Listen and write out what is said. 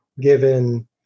given